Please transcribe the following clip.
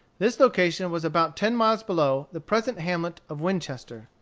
this location was about ten miles below the present hamlet of winchester.